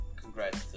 congrats